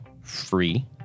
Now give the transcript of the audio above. free